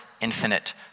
infinite